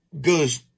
Goes